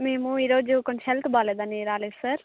మేము ఈ రోజు కొంచెం హెల్త్ బాగాలేదని రాలేదు సార్